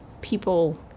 people